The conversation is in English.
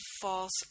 false